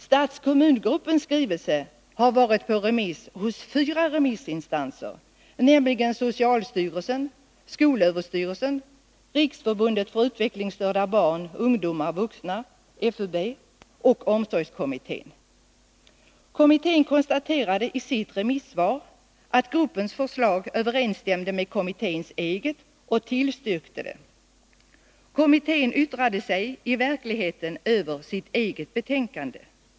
Stat-kommun-gruppens skrivelse har varit på remiss hos fyra remissinstanser, nämligen socialstyrelsen, skolöverstyrelsen, Riksförbundet för utvecklingsstörda barn, ungdomar och vuxna, FUB och omsorgskommittén. Kommittén konstaterade i sitt remissvar att gruppens förslag överensstämde med kommitténs eget och tillstyrkte det. Kommittén yttrade sig i verkligheten över sitt eget betänkande.